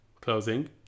closing